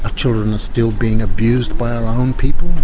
ah children are still being abused by our own people,